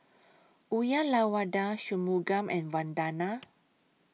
Uyyalawada Shunmugam and Vandana